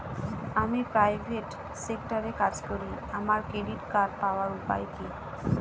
আমি প্রাইভেট সেক্টরে কাজ করি আমার ক্রেডিট কার্ড পাওয়ার উপায় কি?